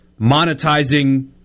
monetizing